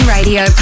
Radio